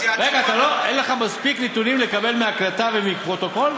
אין לך מספיק נתונים לקבל מהקלטה ומפרוטוקול?